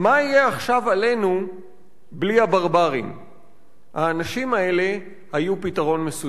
מה יהיה עכשיו עלינו בלי הברברים?/ האנשים האלה היו איזה פתרון".